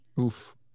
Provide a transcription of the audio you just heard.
Oof